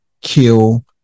kill